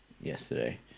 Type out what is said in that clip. yesterday